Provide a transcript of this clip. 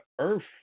earth